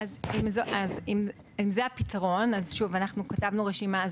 אז אם זה הפתרון אנחנו כתבנו רשימה.